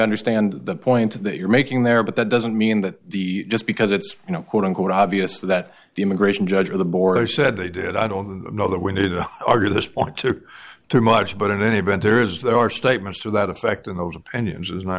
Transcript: understand the point that you're making there but that doesn't mean that the just because it's you know quote unquote obvious that the immigration judge or the board has said they did i don't know that we need to argue this point to too much but in any event there is there are statements to that effect in those opinions is my